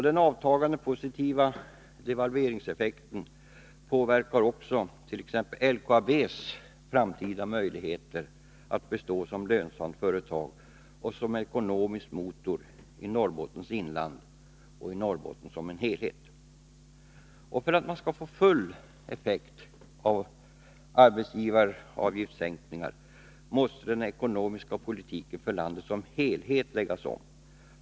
Den avtagande positiva devalveringseffekten påverkar också t.ex. LKAB:s framtida möjligheter att bestå som lönsamt företag och som ekonomisk motor i Norrbottens inland och i Norrbotten som helhet. För att man skall få full effekt av arbetsgivaravgiftssänkningar måste den ekonomiska politiken för landet som helhet läggas om.